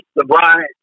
LeBron